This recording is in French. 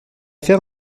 faire